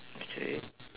okay